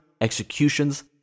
executions